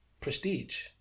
Prestige